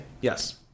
Yes